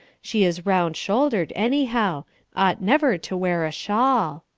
she is round-shouldered, anyhow ought never to wear a shawl.